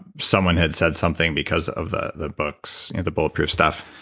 someone had said something because of the the books, the bulletproof stuff.